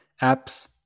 Apps